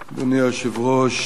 אדוני היושב-ראש,